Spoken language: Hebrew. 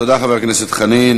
תודה, חבר הכנסת חנין.